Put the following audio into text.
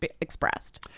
expressed